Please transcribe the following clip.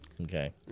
Okay